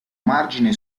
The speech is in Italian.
margine